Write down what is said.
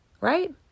right